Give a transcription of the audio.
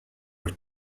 were